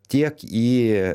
tiek į